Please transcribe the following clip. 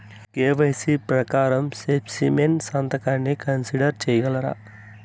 KYC ప్రకారం specimen సంతకాన్ని consider సేయగలరా?